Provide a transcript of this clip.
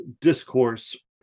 discourse